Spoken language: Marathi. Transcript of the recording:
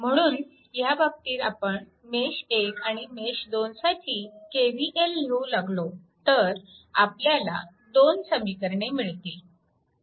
म्हणून ह्या बाबतीत आपण मेश 1 आणि मेश 2 साठी KVL लिहू लागलो तर आपल्याला दोन समीकरणे मिळतील